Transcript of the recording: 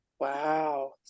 Wow